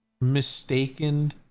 Mistaken